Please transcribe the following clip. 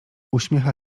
uśmiecha